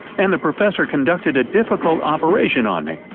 and the professor conducted a difficult operation on me.